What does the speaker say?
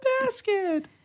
basket